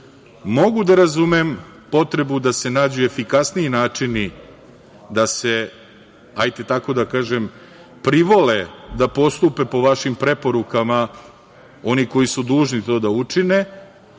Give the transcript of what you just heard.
Mogu da razumem potrebu da se nađe efikasniji načini da, da tako kažem, privole da postupe po vašim preporukama oni koji su dužni to da učine,